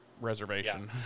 reservation